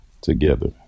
Together